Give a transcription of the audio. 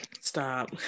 stop